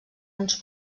uns